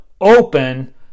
open